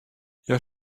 hja